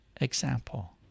example